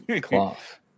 Cloth